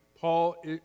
Paul